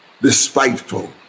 despiteful